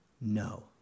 no